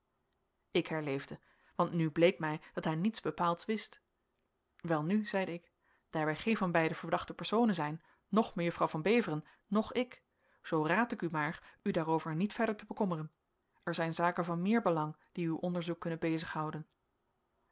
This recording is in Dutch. ik herleefde want nu bleek mij dat hij niets bepaalds wist welnu zeide ik daar wij geen van beiden verdachte personen zijn noch mejuffrouw van beveren noch ik zoo raad ik u maar u daarover niet verder te bekommeren er zijn zaken van meer belang die uw onderzoek kunnen